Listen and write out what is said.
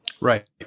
Right